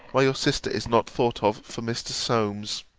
why your sister is not thought of for mr. solmes?